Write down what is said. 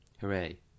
Hooray